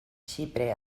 xipre